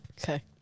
Okay